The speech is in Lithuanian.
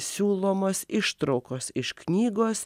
siūlomos ištraukos iš knygos